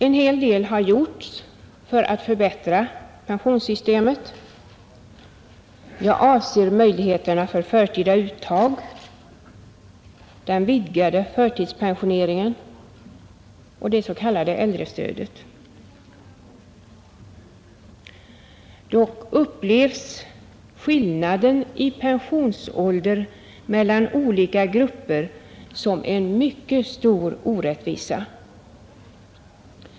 En hel del har gjorts för att förbättra pensionssystemet — jag avser möjligheterna till förtida uttag, den vidgade förtidspensioneringen och det s.k. äldrestödet. Dock upplevs skillnaden i pensionsålder mellan olika grupper som en mycket stor orättvisa.